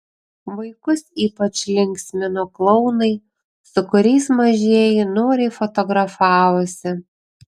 vaikus ypač linksmino klounai su kuriais mažieji noriai fotografavosi